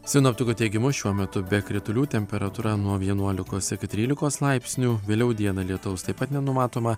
sinoptikų teigimu šiuo metu be kritulių temperatūra nuo vienuolikos iki trylikos laipsnių vėliau dieną lietaus taip pat nenumatoma